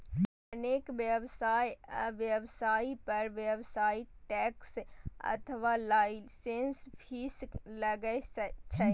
अनेक व्यवसाय आ व्यवसायी पर व्यावसायिक टैक्स अथवा लाइसेंस फीस लागै छै